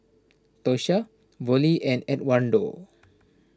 Tosha Vollie and Edwardo